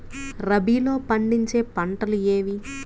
రబీలో పండించే పంటలు ఏవి?